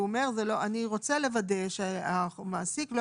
הוא אומר אני רוצה לוודא שהמעסיק לא